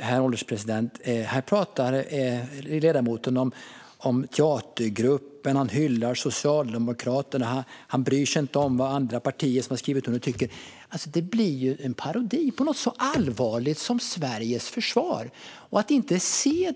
Herr ålderspresident! Här pratar ledamoten om teatergrupper, han hyllar Socialdemokraterna och han bryr sig inte om vad andra partier som har skrivit under tycker. Det blir ju en parodi när det handlar om något så allvarligt som Sveriges försvar! Roger Richtoff vill inte se